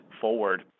forward